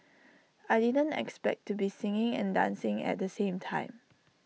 I didn't expect to be singing and dancing at the same time